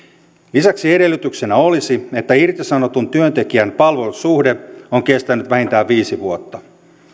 lisäksi edellytyksenä olisi että irtisanotun työntekijän palvelussuhde on kestänyt vähintään viisi vuotta